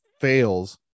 fails